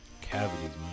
Cavity